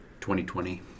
2020